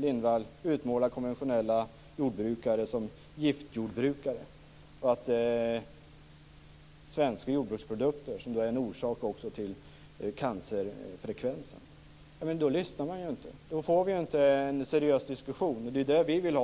Lindvall utmålar konventionella jordbrukare som "giftjordbrukare" och säger att svenska jordbruksprodukter är en orsak till cancerfrekvensen. Då lyssnar man inte. Då får vi inte någon seriös diskussion, och det är det vi vill ha.